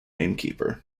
innkeeper